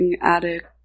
addict